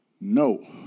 no